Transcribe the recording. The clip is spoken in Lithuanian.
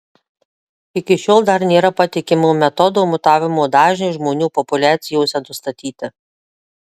iki šiol dar nėra patikimo metodo mutavimo dažniui žmonių populiacijose nustatyti